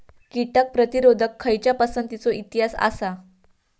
कीटक प्रतिरोधक खयच्या पसंतीचो इतिहास आसा?